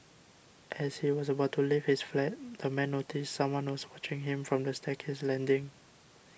as he was about to leave his flat the man noticed someone was watching him from the staircase landing